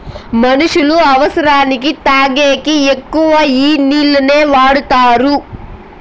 మనుష్యులు అవసరానికి తాగేకి ఎక్కువ ఈ నీళ్లనే వాడుతారు